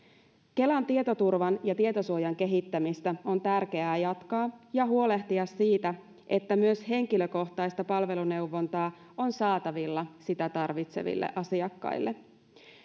kelan tietoturvan ja tietosuojan kehittämistä on tärkeää jatkaa ja huolehtia siitä että myös henkilökohtaista palveluneuvontaa on saatavilla sitä tarvitseville asiakkaille